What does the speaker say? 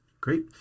Great